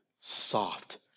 soft